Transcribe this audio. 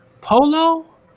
polo